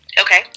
Okay